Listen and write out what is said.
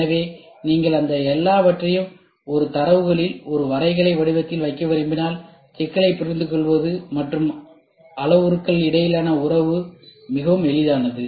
எனவே நீங்கள் அந்த எல்லாவற்றையும் ஒரு தரவுகளில் ஒரு வரைகலை வடிவத்தில் வைக்க விரும்பினால் சிக்கலைப் புரிந்துகொள்வது மற்றும் அளவுருக்களுக்கு இடையிலான உறவு மிகவும் எளிதானது